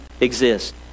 exist